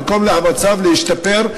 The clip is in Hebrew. במקום שהמצב ישתפר,